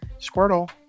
Squirtle